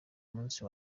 munsi